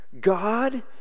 God